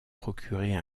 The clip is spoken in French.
procurer